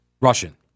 Russian